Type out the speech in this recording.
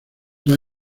dos